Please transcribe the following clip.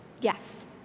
Yes